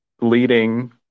leading